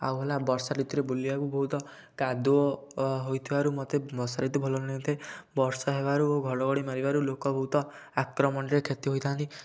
ଆଉ ହେଲା ବର୍ଷା ଋତୁରେ ବୁଲିବାକୁ ବହୁତ କାଦୁଅ ହୋଇଥିବାରୁ ମତେ ବର୍ଷା ଋତୁ ଭଲ ଲାଗି ନଥାଏ ବର୍ଷା ହେବାରୁ ଘଡ଼ଘଡ଼ି ମାରିବାରୁ ଲୋକ ବହୁତ ଆକ୍ରମଣରେ କ୍ଷତି ହୋଇଥାନ୍ତି